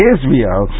Israel